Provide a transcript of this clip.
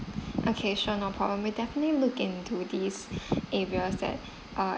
okay sure no problem we'll definitely look into these areas that are